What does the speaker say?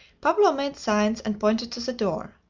pablo made signs, and pointed to the door.